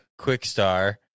Quickstar